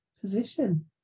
position